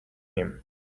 him